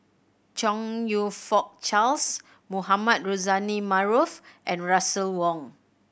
Chong You Fook Charles Mohamed Rozani Maarof and Russel Wong